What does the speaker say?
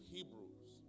Hebrews